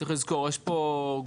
צריך לזכור שיש פה גופים,